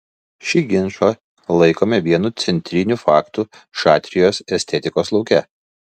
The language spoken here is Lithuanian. šį ginčą laikome vienu centrinių faktų šatrijos estetikos lauke